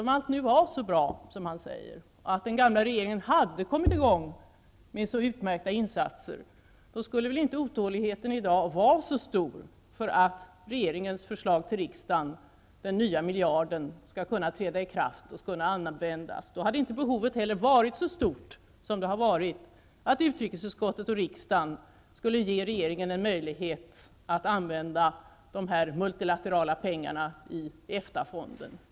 Om nu allt var så bra som han säger, om den gamla regeringen hade kommit i gång med så utmärkta insatser, skulle väl inte otåligheten i dag vara så stor för att regeringens förslag till riksdagen, den nya miljarden, skall kunna användas. Då hade inte behovet varit så stort som det har varit att utrikesutskottet och riksdagen ger regeringen en möjlighet att använda de multilaterala pengarna i EFTA-fonden.